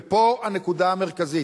ופה הנקודה המרכזית,